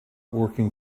working